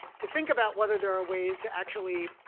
to think about whether there are ways to actually